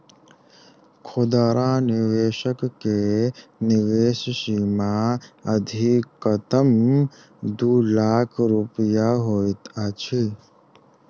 खुदरा निवेशक के निवेश सीमा अधिकतम दू लाख रुपया होइत अछि